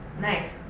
Nice